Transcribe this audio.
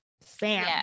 Sam